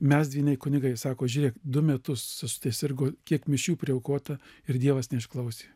mes dvyniai kunigai sako žiūrėk du metus sirgo kiek mišių priaukota ir dievas neišklausė